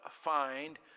find